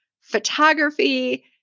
photography